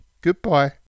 goodbye